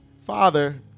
Father